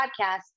podcast